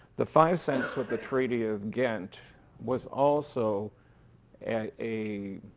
the five cents with the treaty of ghent was also a a